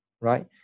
right